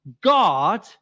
God